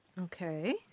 Okay